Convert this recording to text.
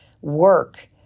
work